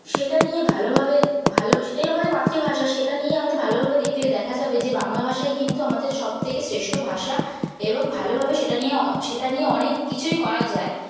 সেটা নিয়ে ভালোভাবে ভালো সেটাই আমাদের মাতৃভাষা সেটা নিয়েই আমাদের ভালো ভাবে দেকলে দেখা যাবে যে বাংলা ভাষায় কিন্তু আমাদের সব থেকে শ্রেষ্ঠ ভাষা এবং ভালোভাবে সেটা নিয়ে অ সেটা নিয়ে অনেক কিছুই করা যায়